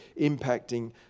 impacting